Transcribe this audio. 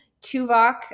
Tuvok